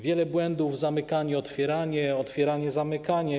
Wiele było błędów: zamykanie i otwieranie, otwieranie, zamykanie.